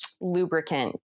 lubricant